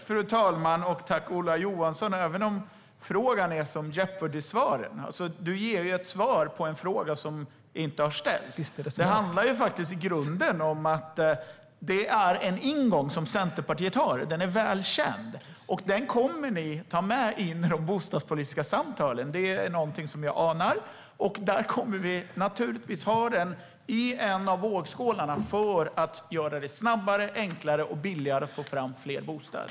Fru talman! Tack, Ola Johansson, för frågan, även om den är som Jeopardy ! svaren! Du ger ju ett svar på en fråga som inte har ställts. Det handlar i grunden om att det är en ingång som Centerpartiet har. Den är väl känd. Jag anar att ni kommer att ta med den in i de bostadspolitiska samtalen, och där kommer vi naturligtvis att ha den i en av vågskålarna när det handlar om att göra det snabbare, enklare och billigare att få fram fler bostäder.